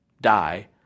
die